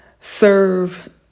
serve